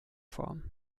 form